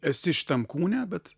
esi šitam kūne bet